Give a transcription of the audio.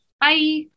Bye